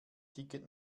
ticket